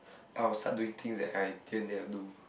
I'll start doing things that I didn't dare to do